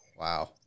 Wow